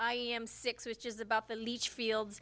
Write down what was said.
i am six which is about the leech fields